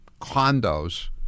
condos